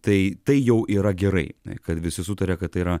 tai jau yra gerai kad visi sutaria kad tai yra